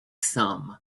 sum